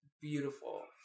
beautiful